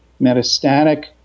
metastatic